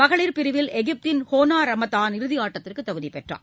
மகளிர் பிரிவில் எகிப்தின் ஹேனா ரமதான் இறுதி ஆட்டத்திற்கு தகுதி பெற்றார்